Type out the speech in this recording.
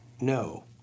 No